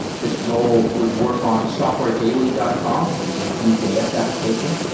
this role would work on softwaredaily dot com, which is a vue js application,